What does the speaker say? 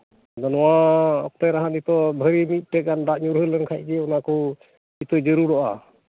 ᱟᱫᱚ ᱱᱚᱣᱟ ᱚᱠᱛᱮ ᱨᱮᱦᱟᱸᱜ ᱱᱤᱛᱚᱜ ᱵᱷᱟᱹᱜᱤ ᱢᱤᱫᱴᱮᱱ ᱜᱟᱱ ᱫᱟᱜ ᱧᱩᱨᱦᱟᱹ ᱞᱮᱱᱠᱷᱟᱱ ᱜᱮ ᱚᱱᱟ ᱠᱚ ᱤᱛᱟᱹ ᱡᱟᱹᱨᱩᱲᱚᱜᱼᱟ